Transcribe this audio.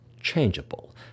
changeable